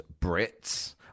Brits